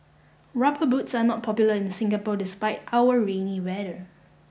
Rubber Boots are not popular in Singapore despite our rainy weather